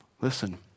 listen